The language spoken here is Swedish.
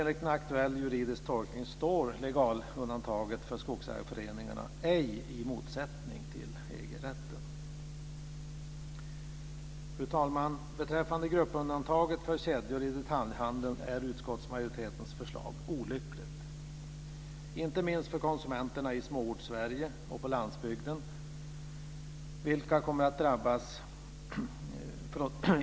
Enligt en aktuell juridisk tolkning står legalundantaget för skogsägarföreningarna ej i motsättning till EG-rätten. Fru talman! Beträffande gruppundantaget för kedjor i detaljhandeln är utskottsmajoritetens förslag olyckligt - inte minst för konsumenterna i Småorts Sverige och på landsbygden.